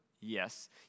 Yes